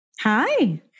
Hi